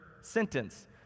sentence